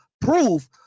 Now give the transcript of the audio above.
proof